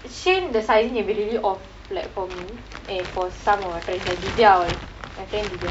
shein the sizing will be really off like for me and for some of our friends like divya all my friend divya